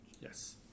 Yes